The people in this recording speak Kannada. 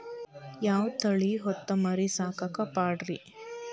ಯಾವ ತಳಿ ಹೊತಮರಿ ಸಾಕಾಕ ಪಾಡ್ರೇ?